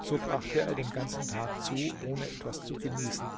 so brachte er den ganzen tag zu ohne etwas zu genießen